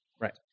Right